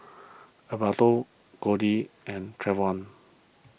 Alberto Cody and Trevon